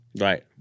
Right